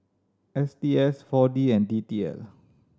S T S Four D and D T L